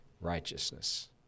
righteousness